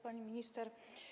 Pani Minister!